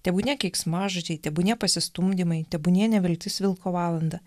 tebūnie keiksmažodžiai tebūnie pasistumdymai tebūnie neviltis vilko valandą